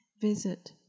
visit